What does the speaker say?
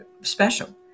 special